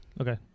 okay